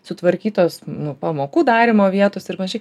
sutvarkytos nu pamokų darymo vietos ir panašiai